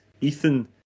Ethan